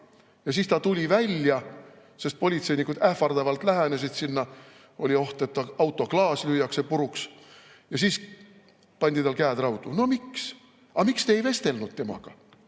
ja siis ta tuli välja, sest politseinikud ähvardavalt lähenesid sinna. Oli oht, et ta auto klaas lüüakse puruks. Ja siis pandi tal käed raudu. No miks? Miks te ei vestelnud temaga?